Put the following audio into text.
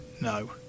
No